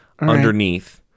underneath